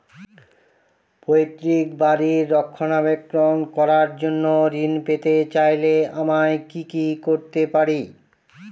পৈত্রিক বাড়ির রক্ষণাবেক্ষণ করার জন্য ঋণ পেতে চাইলে আমায় কি কী করতে পারি?